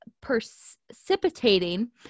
precipitating